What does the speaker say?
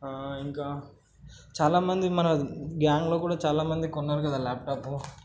ఇంకా చాలామంది మన గ్యాంగ్లో కూడా చాలా మంది కొన్నారు కదా ల్యాప్టాప్